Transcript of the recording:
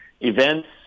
events